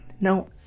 No